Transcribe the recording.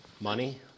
money